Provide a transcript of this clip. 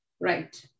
Right